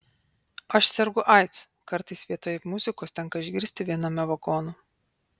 aš sergu aids kartais vietoj muzikos tenka išgirsti viename vagonų